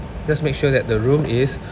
just make sure that the room is